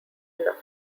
enough